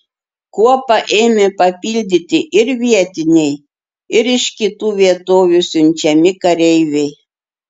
kuopą ėmė papildyti ir vietiniai ir iš kitų vietovių siunčiami kareiviai